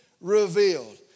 revealed